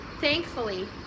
thankfully